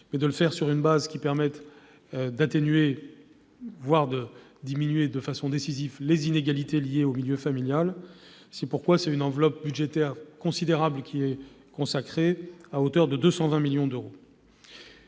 et cela sur une base qui permette d'atténuer, voire de diminuer de façon décisive les inégalités liées au milieu familial. C'est pourquoi une enveloppe budgétaire considérable de l'ordre de 220 millions d'euros